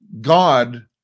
God